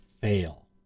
fail